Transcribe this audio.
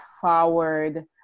forward